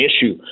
issue